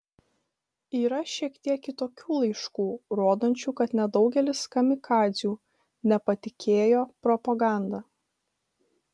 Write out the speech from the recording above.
yra šiek tiek kitokių laiškų rodančių kad nedaugelis kamikadzių nepatikėjo propaganda